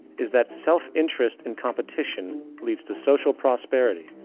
is that self interest and competition leads to social prosperity,